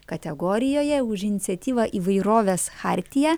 kategorijoje už iniciatyvą įvairovės chartiją